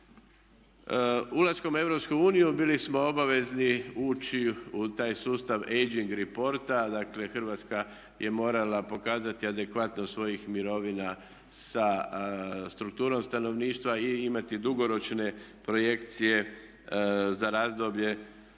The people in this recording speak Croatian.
Ulaskom u Europsku uniju bili smo obavezni ući u taj sustav ageing reporta dakle Hrvatska je morala pokazati adekvatnost svojih mirovina sa strukturom stanovništva i imati dugoročne projekcije za razdoblje